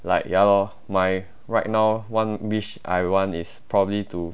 like ya lor my right now one wish I want is probably to